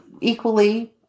equally